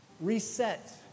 reset